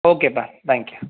ஓகேப்பா thank you